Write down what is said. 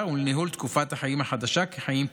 ולניהול תקופת החיים החדשה כחיים פעילים,